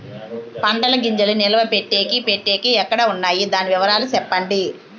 పంటల గింజల్ని నిలువ పెట్టేకి పెట్టేకి ఎక్కడ వున్నాయి? దాని వివరాలు సెప్పండి?